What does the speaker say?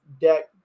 deck